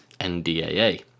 NDAA